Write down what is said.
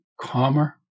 calmer